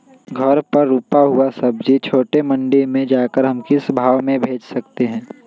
घर पर रूपा हुआ सब्जी छोटे मंडी में जाकर हम किस भाव में भेज सकते हैं?